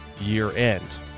year-end